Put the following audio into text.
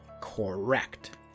Correct